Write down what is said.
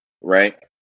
right